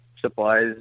supplies